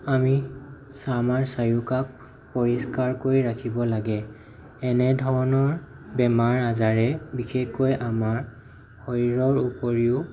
আমি আমাৰ চাৰিওকাষ পৰিষ্কাৰ কৰি ৰাখিব লাগে এনেধৰণৰ বেমাৰ আজাৰে বিশেষকৈ আমাৰ শৰীৰৰ ওপৰিও